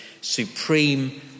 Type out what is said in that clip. supreme